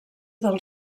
del